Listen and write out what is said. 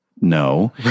No